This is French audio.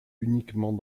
uniquement